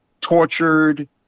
tortured